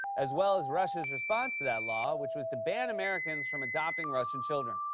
as well as russia's response to that law which, was to ban americans from adopting russian children.